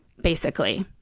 basically.